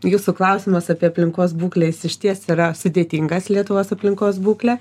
jūsų klausimas apie aplinkos būklę jis išties yra sudėtingas lietuvos aplinkos būklę